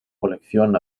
colección